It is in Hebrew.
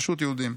פשוט יהודים.